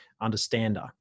understander